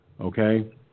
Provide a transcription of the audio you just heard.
okay